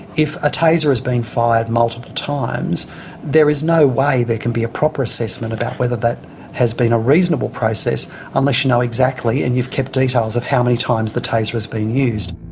if a taser is being fired multiple times there is no way there can be a proper assessment about whether that has been a reasonable process unless you know exactly, and you've kept details of how many times the taser has been used.